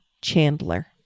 Chandler